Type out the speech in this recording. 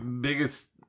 biggest